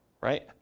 Right